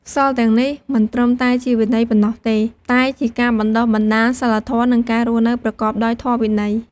សីលទាំងនេះមិនត្រឹមតែជាវិន័យប៉ុណ្ណោះទេ តែជាការបណ្ដុះបណ្ដាលសីលធម៌ និងការរស់នៅប្រកបដោយធម៌វិន័យ។